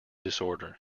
disorder